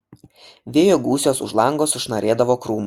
vėjo gūsiuos už lango sušnarėdavo krūmai